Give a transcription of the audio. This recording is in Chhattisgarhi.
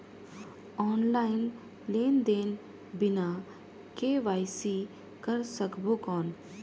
ऑनलाइन लेनदेन बिना के.वाई.सी कर सकबो कौन??